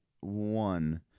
one